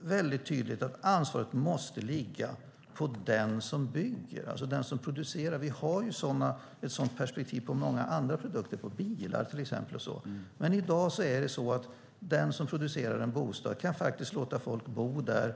Det är väldigt tydligt att ansvaret måste ligga på den som bygger, den som producerar. Vi har ju ett sådant perspektiv på många andra produkter, bilar till exempel. Men i dag kan den som producerar en bostad låta folk bo där